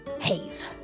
haze